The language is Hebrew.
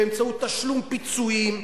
באמצעות תשלום פיצויים,